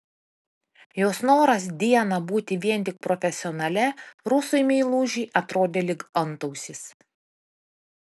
jos noras dieną būti vien tik profesionale rusui meilužiui atrodė lyg antausis